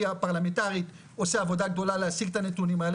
הפרלמנטארית עושה עבודה גדולה להשיג את הנתונים האלה,